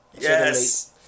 Yes